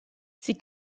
sie